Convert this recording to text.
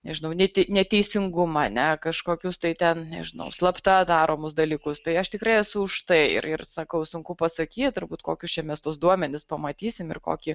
nežinau net neteisingumą a ne kažkokius tai ten nežinau slapta daromus dalykus tai aš tikrai esu už tai ir ir sakau sunku pasakyt turbūt kokius čia mes tuos duomenis pamatysim ir kokį